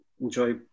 enjoy